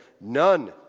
None